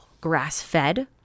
Grass-fed